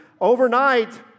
Overnight